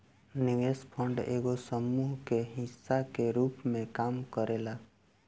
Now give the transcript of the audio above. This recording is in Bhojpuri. निवेश फंड एगो समूह के हिस्सा के रूप में काम करेला